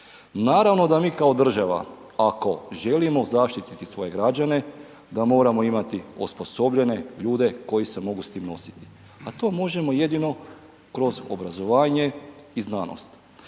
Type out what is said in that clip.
Naravno da mi kao država ako želimo zaštititi svoje građane da moramo imati osposobljene ljude koji se mogu s tim nositi, a to možemo jedino kroz obrazovanje i znanost.